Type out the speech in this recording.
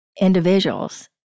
individuals